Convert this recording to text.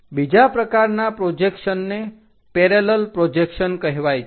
બીજા પ્રકારના પ્રોજક્શનને પેરેલલ પ્રોજેક્શન કહેવાય છે